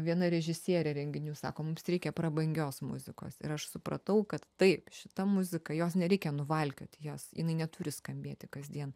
viena režisierė renginių sako mums reikia prabangios muzikos ir aš supratau kad taip šita muzika jos nereikia nuvalkiot jos jinai neturi skambėti kasdien